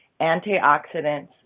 antioxidants